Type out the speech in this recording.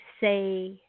say